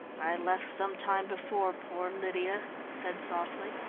i left some time before poor lydia, he said softly.